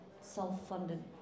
self-funded